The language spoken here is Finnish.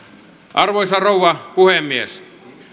arvoisa rouva puhemies